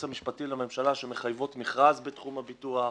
המשפטי לממשלה שמחייבות מכרז בתחום הביטוח,